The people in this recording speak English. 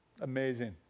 Amazing